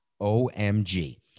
OMG